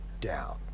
down